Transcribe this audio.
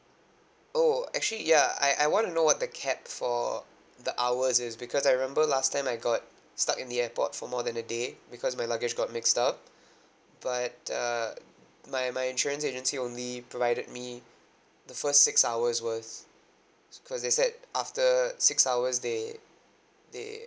oh actually ya I I wanna know the cap for the hours is because I remember last time I got stuck in the airport for more than a day because my luggage got mixed up but uh my my insurance agency only provided me the first six hours' worth because they said after six hours they they